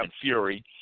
Fury